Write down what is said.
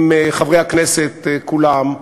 עם חברי הכנסת כולם,